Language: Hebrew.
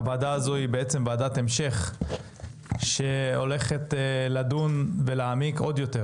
הוועדה הזו היא בעצם ועדת המשך שהולכת לדון ולהעמיק עוד יותר